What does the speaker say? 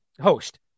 host